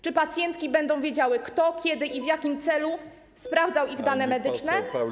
Czy pacjentki będą wiedziały, kto, kiedy i w jakim celu sprawdzał ich dane medyczne?